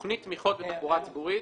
תוכנית תמיכות בתחבורה הציבורית,